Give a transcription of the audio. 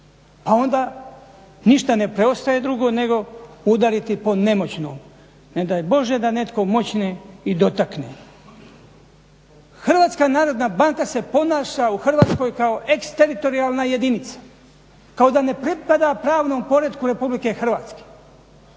Pa onda ništa ne preostaje drugo nego udariti po nemoćnom. Ne daj Bože da netko moćne i dotakne. Hrvatska narodna banka se ponaša u Hrvatskoj kao eks-teritorijalna jedinica. Kao da ne pripada pravnom poretku RH. Pa tko